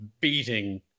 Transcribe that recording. beating